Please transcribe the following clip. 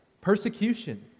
persecution